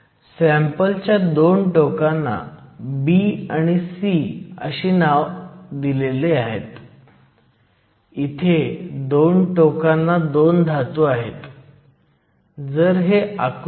तर तापमान T 300 kelvin आहे ते अशा प्रकारे डोप केलेले आहे की Ec EF n क्षेत्रात 0